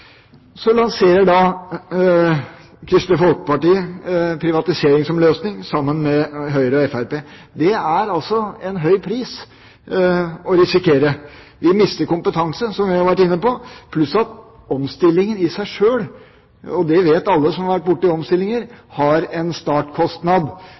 Så lanserer Kristelig Folkeparti, sammen med Høyre og Fremskrittspartiet, privatisering som løsning. Det er en høy pris å risikere. Vi mister kompetanse, som jeg har vært inne på, pluss at omstillingen i seg sjøl – og det vet alle som har vært borte i